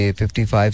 55